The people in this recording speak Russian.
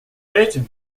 этим